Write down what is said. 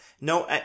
no